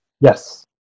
Yes